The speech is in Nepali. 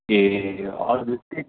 ए हजुर त्यही